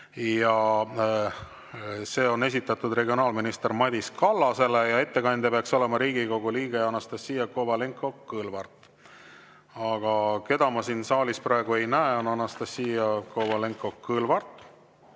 See on esitatud regionaalminister Madis Kallasele ja ettekandja peaks olema Riigikogu liige Anastassia Kovalenko-Kõlvart. Aga keda ma siin saalis praegu ei näe, on Anastassia Kovalenko-Kõlvart,